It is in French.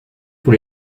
pour